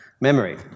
memory